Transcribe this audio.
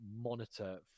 monitor